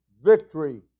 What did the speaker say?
victory